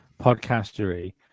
podcastery